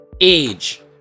age